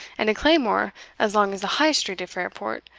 and a claymore as long as the high street of fairport,